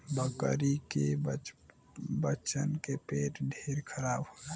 बकरी के बच्चन के पेट ढेर खराब होला